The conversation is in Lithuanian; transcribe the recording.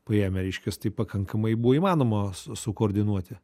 paėmė reiškias tai pakankamai buvo įmanoma su sukoordinuoti